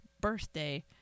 birthday